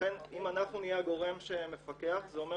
לכן אם אנחנו נהיה הגורם שמפקח זה אומר